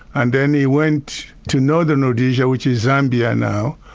and then he went to northern rhodesia, which is zambia now,